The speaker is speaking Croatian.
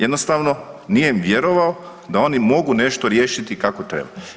Jednostavno, nije im vjerovao da oni mogu nešto riješiti kako treba.